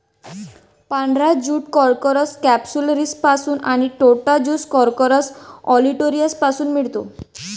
पांढरा jute Corchorus कॅप्सुलरिसपासून आणि टोसा ज्यूट कॉर्कोरस ऑलिटोरियसपासून मिळतो